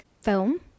film